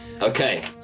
Okay